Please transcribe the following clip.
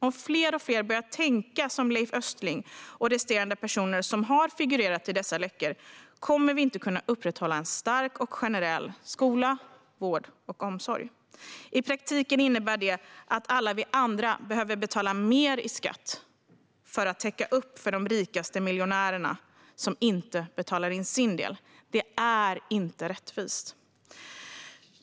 Om fler och fler börjar tänka som Leif Östling och resterande personer som har figurerat i dessa läckor, kommer vi inte att kunna upprätthålla en stark och generell skola, vård och omsorg. I praktiken innebär det att alla vi andra behöver betala mer i skatt för att täcka upp för de rikaste miljonärerna som inte betalar in sin del. Det är inte rättvist.